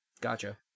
Gotcha